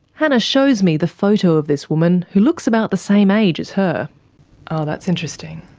hannah shows me the photo of this woman, who looks about the same age as her. oh that's interesting.